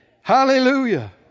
Hallelujah